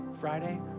Friday